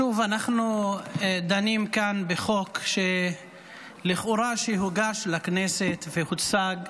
שוב אנחנו דנים כאן בחוק שלכאורה הוגש לכנסת והוצג,